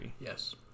yes